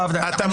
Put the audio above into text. אתה מוזמן.